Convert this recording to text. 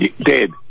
dead